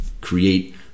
create